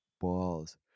balls